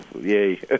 yay